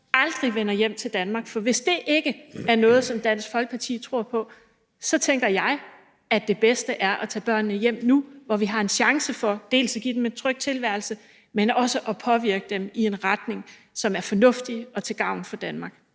aldrig vender hjem til Danmark? For hvis det ikke er noget, som Dansk Folkeparti tror på, så tænker jeg, at det bedste er at tage børnene hjem nu, hvor vi har en chance for dels at give dem en tryg tilværelse, dels at påvirke dem i en retning, som er fornuftig og til gavn for Danmark.